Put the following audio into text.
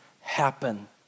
happen